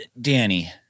Danny